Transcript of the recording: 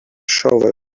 shovel